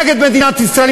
נגד מדינת ישראל,